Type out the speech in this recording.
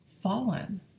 fallen